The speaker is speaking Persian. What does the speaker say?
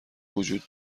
وجود